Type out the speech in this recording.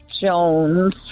Jones